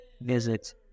visit